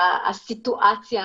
הסיטואציה,